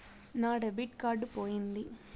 నా debit card పోయింది